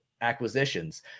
acquisitions